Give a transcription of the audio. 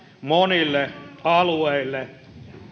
monille alueille